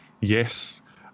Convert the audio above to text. yes